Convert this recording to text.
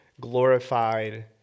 glorified